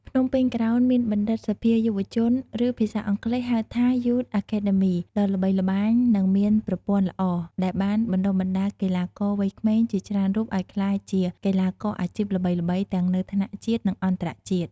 ភ្នំពេញក្រោនមានបណ្ឌិតសភាយុវជន ឬ ភាសាអង់គ្លេសហៅថា Youth Academy ដ៏ល្បីល្បាញនិងមានប្រព័ន្ធល្អ ដែលបានបណ្តុះបណ្តាលកីឡាករវ័យក្មេងជាច្រើនរូបឲ្យក្លាយជាកីឡាករអាជីពល្បីៗទាំងនៅថ្នាក់ជាតិ និងអន្តរជាតិ។